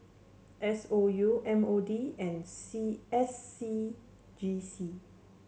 S O U M O D and C S C G C